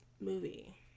movie